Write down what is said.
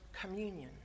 communion